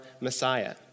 Messiah